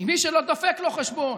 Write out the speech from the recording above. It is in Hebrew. עם מי שלא דופק לו חשבון